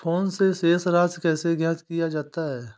Phone से शेष राशि कैसे ज्ञात किया जाता है?